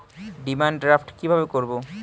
Demand draft কীভাবে করব?